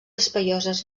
espaioses